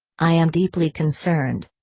i am deeply concerned.